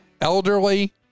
elderly